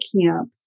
camp